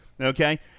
okay